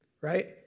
Right